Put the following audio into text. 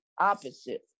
opposite